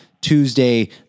Tuesday